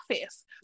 office